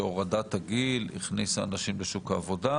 שהורדת הגיל הכניסה אנשים לשוק העבודה,